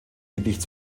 gedicht